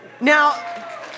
Now